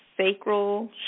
sacral